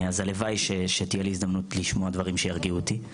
אז הלוואי שתהיה לי הזדמנות לשמוע דברים שירגיעו אותי.